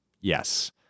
Yes